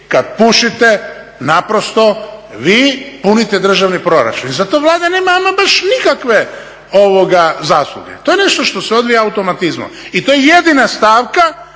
kad pušite naprosto vi punite državni proračun i za to Vlada nema ama baš nikakve zasluge, to je nešto što se ovija automatizmom i to je jedina stavka